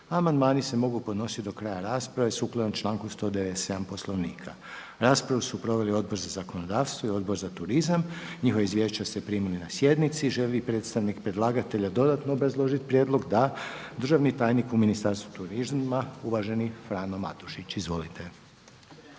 amandmani se mogu podnositi do kraja rasprave sukladno članku 197. Poslovnika. Rasprava su proveli Odbor za zakonodavstvo i Odbor za turizam. Njihova izvješća ste primili na sjednici. Želi li predstavnik predlagatelja dodatno obrazložiti prijedlog? Da. Državni tajnik u Ministarstvu turizma uvaženi Frano Matušić. Izvolite.